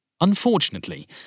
Unfortunately